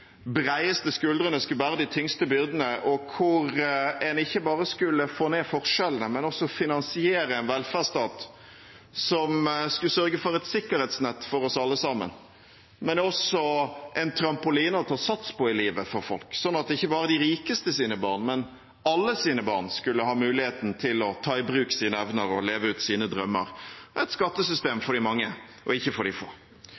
skuldrene skulle bære de tyngste byrdene, og der en ikke bare skulle få ned forskjellene, men også finansiere en velferdsstat som skulle sørge for et sikkerhetsnett for oss alle sammen, men også en trampoline å ta sats på i livet for folk, slik at ikke bare de rikestes barn, men alles barn, skulle ha muligheten til å ta i bruk sine evner og leve ut sine drømmer – et skattesystem for de mange og ikke for de få.